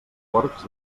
porcs